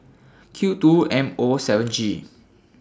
Q two M O seven G